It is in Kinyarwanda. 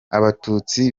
abatutsi